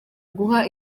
guha